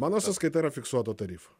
mano sąskaita yra fiksuoto tarifo